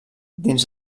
dins